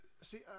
see